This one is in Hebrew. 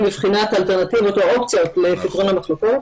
בבחינת אלטרנטיבות או אופציות לפתרון המחלוקות,